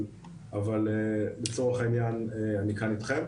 אבל לצורך העניין אני כאן אתכם.